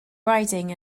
riding